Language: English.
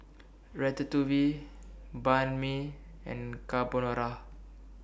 Ratatouille Banh MI and Carbonara